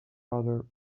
other